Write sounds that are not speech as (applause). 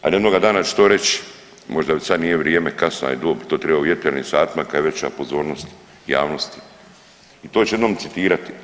Ali jednoga dana ću to reći, možda sad nije vrijeme kasna je dob, to treba u … (unintelligible) satima kad je veća pozornost javnosti i to ću jednom citirati.